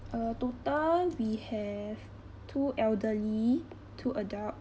uh total we have two elderly two adult